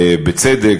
בצדק,